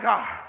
God